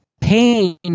pain